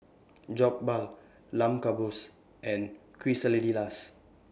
Jokbal Lamb Kebabs and Quesadillas